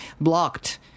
blocked